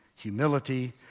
Humility